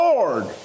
Lord